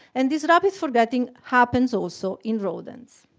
and this rapid forgetting happens also in rodents.